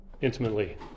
intimately